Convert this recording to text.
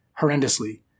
horrendously